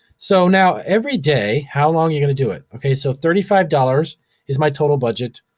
so now, every day how long are you gonna do it? okay, so thirty five dollars is my total budget.